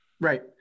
Right